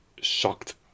shocked